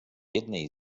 jednej